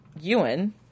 Ewan –